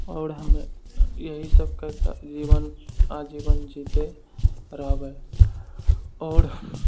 आओर हमे इएह सब करिकऽ जीवन आजीवन जिबैत रहबै आओर